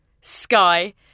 Sky